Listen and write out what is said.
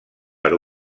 per